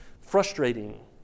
frustrating